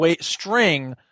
string